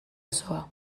osoa